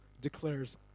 declares